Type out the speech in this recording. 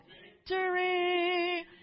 victory